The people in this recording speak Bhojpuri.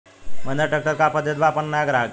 महिंद्रा ट्रैक्टर का ऑफर देत बा अपना नया ग्राहक के?